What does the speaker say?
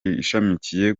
ishamikiye